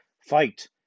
fight